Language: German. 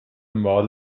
mal